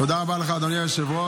תודה רבה לך, אדוני היושב-ראש.